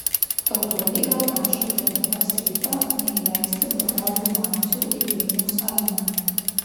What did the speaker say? eurolyga prašo lietuvos rytą neįleisti brolių macių į vilniaus areną